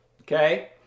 Okay